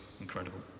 Incredible